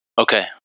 Okay